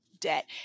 debt